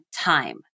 time